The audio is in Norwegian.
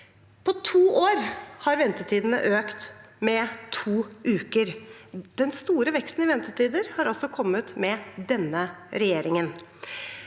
På to år har ventetidene økt med to uker. Den store veksten i ventetider har altså kommet med denne regjeringen.